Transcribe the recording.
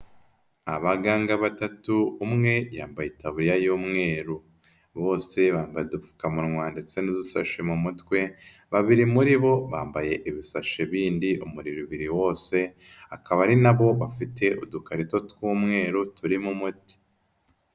Abaganga batatu umwe yambaye itaburiya y'umweru. Bose baga udupfukamunwa ndetse n'udusashe mu mutwe, babiri muri bo bambaye ibisashi bindi umubiri wose, akaba ari na bo bafite udukarito tw'umweru turimo umuti.